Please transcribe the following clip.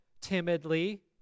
timidly